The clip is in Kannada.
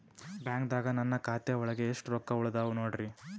ಬ್ಯಾಂಕ್ದಾಗ ನನ್ ಖಾತೆ ಒಳಗೆ ಎಷ್ಟ್ ರೊಕ್ಕ ಉಳದಾವ ನೋಡ್ರಿ?